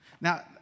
Now